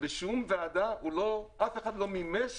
ובשום ועדה אף אחד לא מימש